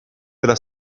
della